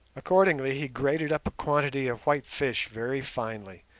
accordingly he grated up a quantity of white fish very finely,